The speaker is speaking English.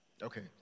Okay